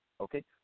okay